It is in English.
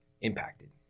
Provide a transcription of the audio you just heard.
impacted